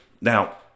Now